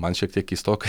man šiek tiek keistoka